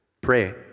Pray